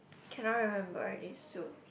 cannot remember already soup